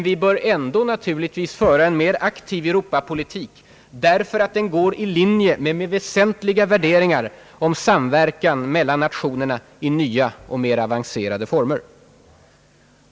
Vi bör naturligtvis ändå föra en mer aktiv Europapolitik därför att den går i linje med väsentliga värderingar om samverkan mellan nationerna i nya och mer avancerade former.